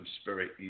Spirit